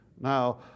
Now